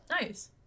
Nice